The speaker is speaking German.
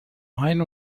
main